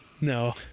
No